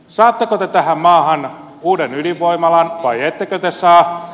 saatteko te tähän maahan uuden ydinvoimalan vai ettekö te saa